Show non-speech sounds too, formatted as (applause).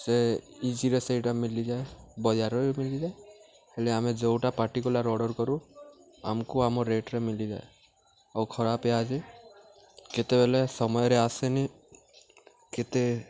ସେ ଇଜିରେ ସେଇଟା ମିଳିଯାଏ ବଜାରରେ ବି ମିଳିଯାଏ ହେଲେ ଆମେ ଯେଉଁଟା ପରଟିକୁଲାର୍ ଅର୍ଡ଼ର୍ କରୁ ଆମକୁ ଆମର ରେଟ୍ରେ ମିଳିଯାଏ ଆଉ ଖରାପ (unintelligible) କେତେବେଳେ ସମୟରେ ଆସେନି କେତେ